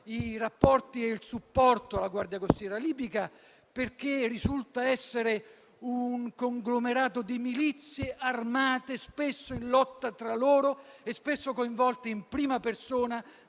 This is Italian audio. i rapporti e il supporto alla Guardia costiera libica, perché risulta essere un conglomerato di milizie armate spesso in lotta tra loro e spesso coinvolte in prima persona